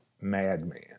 madman